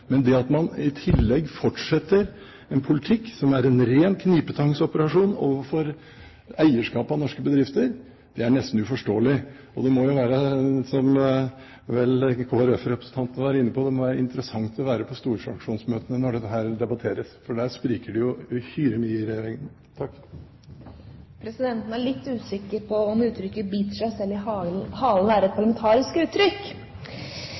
Men at man i tillegg fortsetter en politikk som er en ren knipetangsoperasjon overfor eierskap av norske bedrifter, er nesten uforståelig. Det må jo være, som representanten fra Kristelig Folkeparti var inne på, interessant å være på storfraksjonsmøtene når dette debatteres, for her spriker det uhyre mye i regjeringen. Presidenten er litt usikker på om uttrykket «bite seg selv i halen» er et parlamentarisk uttrykk.